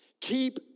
Keep